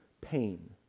pain